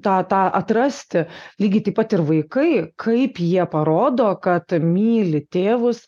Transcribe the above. tą tą atrasti lygiai taip pat ir vaikai kaip jie parodo kad myli tėvus